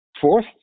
Fourth